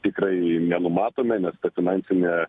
tikrai nenumatome nes finansinė